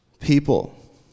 people